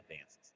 dances